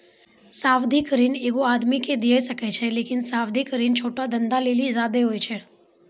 सावधिक ऋण एगो आदमी के दिये सकै छै लेकिन सावधिक ऋण छोटो धंधा लेली ज्यादे होय छै